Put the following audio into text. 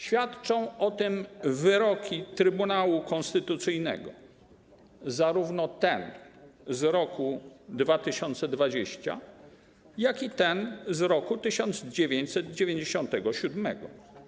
Świadczą o tym wyroki Trybunału Konstytucyjnego, zarówno ten z roku 2020, jak i ten z roku 1997.